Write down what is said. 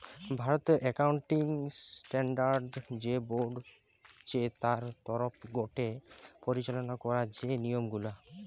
ভারতের accounting standard যে board চে তার তরফ গটে পরিচালনা করা যে নিয়ম গুলা